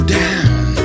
down